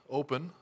open